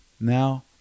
now